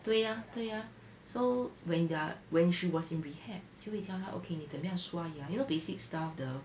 对 ah 对 ah so when they're when she was in rehab 就会叫她 okay 你怎样刷牙 you know basic stuff the